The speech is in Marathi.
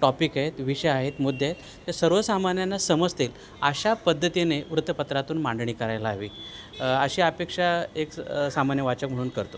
टॉपिक आहेत विषय आहेत मुद्दे आहेत त्या सर्वसामान्यांना समजतील अशा पद्धतीने वृत्तपत्रातून मांडणी करायला हवी अशी अपेक्षा एक सामान्य वाचक म्हणून करतो